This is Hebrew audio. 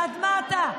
בעד מה אתה?